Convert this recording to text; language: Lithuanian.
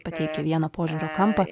pateikia vieną požiūrio kampą